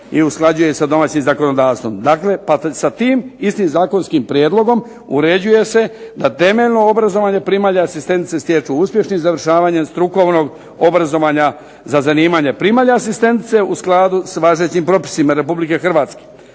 i usklađuje sa domaćim zakonodavstvom. Dakle, sa tim istim zakonskim prijedlogom uređuje se da temeljno obrazovanje primalja asistentice stječu uspješnim završavanjem strukovnog obrazovanja za zanimanje primalje asistentice u skladu sa važećim propisima Republike Hrvatske.